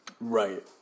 Right